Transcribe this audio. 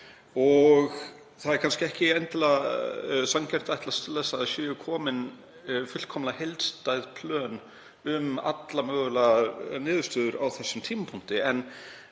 ár. Það er kannski ekki endilega sanngjarnt að ætlast til þess að komin séu fullkomlega heildstæð plön um allar mögulegar niðurstöður á þessum tímapunkti